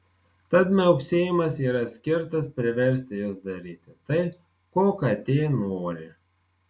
tad miauksėjimas yra skirtas priversti jus daryti tai ko katė nori